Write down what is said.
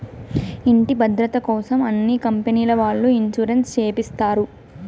ఇంటి భద్రతకోసం అన్ని కంపెనీల వాళ్ళు ఇన్సూరెన్స్ చేపిస్తారు